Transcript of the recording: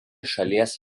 šalies